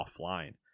offline